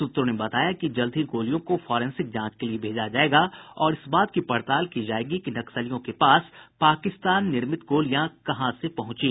सूत्रों ने बताया कि जल्द ही गोलियों को फॉरेंसिक जांच के लिए भेजा जायेगा और इस बात की पड़ताल की जायेगी कि नक्सलियों के पास पाकिस्तान निर्मित गोलियां कहां से पहुंची